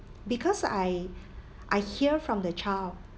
because I I hear from the child